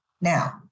Now